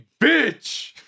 bitch